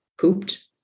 pooped